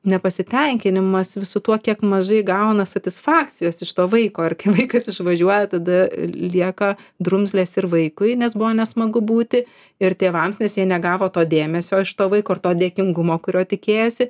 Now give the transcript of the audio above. nepasitenkinimas visu tuo kiek mažai gauna satisfakcijos iš to vaiko ir vaikas išvažiuoja tada lieka drumzlės ir vaikui nes buvo nesmagu būti ir tėvams nes jie negavo to dėmesio iš to vaiko ir to dėkingumo kurio tikėjosi